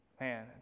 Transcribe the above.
Man